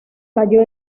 cayó